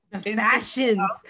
fashions